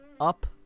up